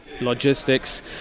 logistics